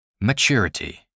Maturity